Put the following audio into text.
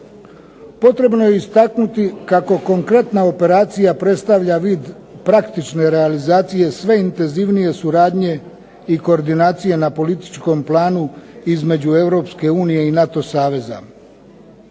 Potrebno je istaknuti kako konkretna operacija predstavlja vid praktične realizacije sve intenzivnije suradnje i koordinacije na političkom planu između Europske unije i NATO saveza.